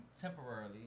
temporarily